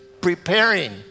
preparing